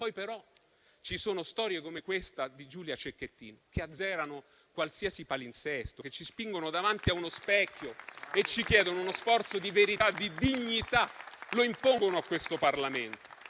sono però poi storie come quella di Giulia Cecchettin che azzerano qualsiasi palinsesto, che ci spingono davanti a uno specchio e ci chiedono uno sforzo di verità e di dignità, imponendolo a questo Parlamento.